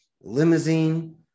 limousine